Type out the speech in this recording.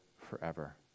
forever